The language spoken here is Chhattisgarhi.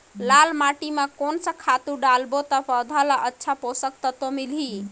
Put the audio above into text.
लाल माटी मां कोन सा खातु डालब ता पौध ला अच्छा पोषक तत्व मिलही?